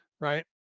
Right